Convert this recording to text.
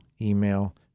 email